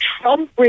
Trump